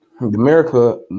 America